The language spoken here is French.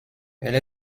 elle